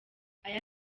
aya